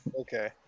Okay